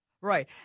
Right